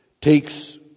takes